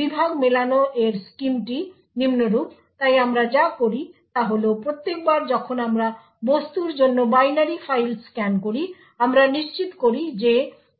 বিভাগ মেলানো এর স্কিমটি নিম্নরূপ তাই আমরা যা করি তা হল প্রত্যেকবার যখন আমরা বস্তুর জন্য বাইনারি ফাইল স্ক্যান করি আমরা নিশ্চিত করি যে